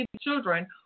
children